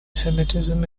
semitism